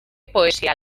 poesia